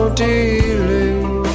dealing